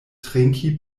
trinki